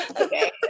Okay